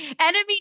enemy